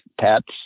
pets